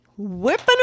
Whipping